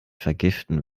vergiften